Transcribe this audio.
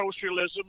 socialism